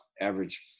average